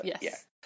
Yes